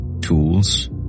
tools